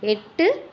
எட்டு